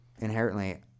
inherently